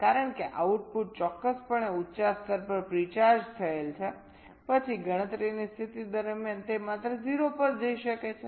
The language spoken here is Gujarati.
કારણ કે આઉટપુટ ચોક્કસપણે ઉંચા સ્તર પર પ્રી ચાર્જ થયેલ છે પછી ગણતરીની સ્થિતિ દરમિયાન તે માત્ર 0 પર જઇ શકે છે